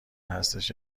هستش